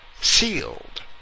sealed